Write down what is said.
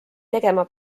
tegema